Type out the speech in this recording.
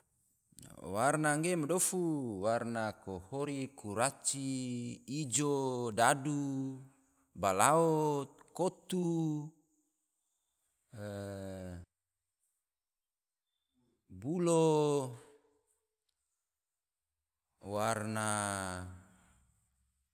Warna ge ma dofu, warna kohori, kuraci, ijo, dadu, balao, kotu, bulo, warna